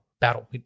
battle